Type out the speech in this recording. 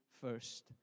first